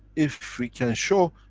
if we can show,